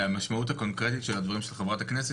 והמשמעות הקונקרטית של הדברים של חברת הכנסת,